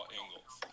angles